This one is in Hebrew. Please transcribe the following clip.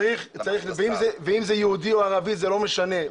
זה לא משנה.